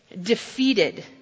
defeated